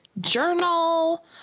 journal